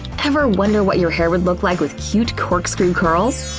ever wonder what your hair would look like with cute, cork-screw curls?